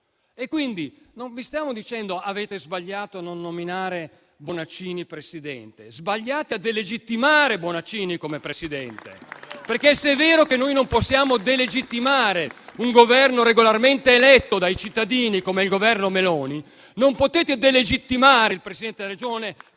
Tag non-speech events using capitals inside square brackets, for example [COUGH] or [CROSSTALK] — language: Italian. Non vi stiamo dicendo che avete sbagliato a non nominare Bonaccini presidente, ma che sbagliate a delegittimarlo come presidente. [APPLAUSE] Se è vero infatti che non possiamo delegittimare un Governo regolarmente eletto dai cittadini, come il Governo Meloni, voi non potete delegittimare il Presidente della Regione,